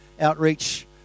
outreach